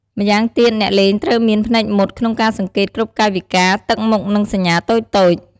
ម្យ៉ាងទៀត អ្នកលេងត្រូវមាន ភ្នែកមុត ក្នុងការសង្កេតគ្រប់កាយវិការ ទឹកមុខ និងសញ្ញាតូចៗ។